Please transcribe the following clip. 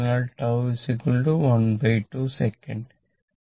അതിനാൽ τ 12 സെക്കൻഡ്